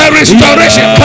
restoration